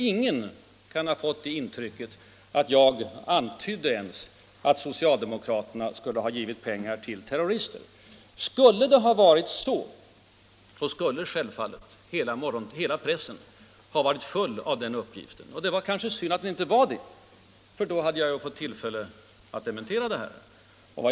Ingen kan ha fått det intrycket att jag ens antydde att socialdemokraterna skulle ha givit pengar till terrorister. Skulle någon ha fått den uppfattningen hade självfallet hela pressen varit full av skriverier därom. Det var kanske synd «att den inte var det, för då hade jag fått tillfälle att dementera.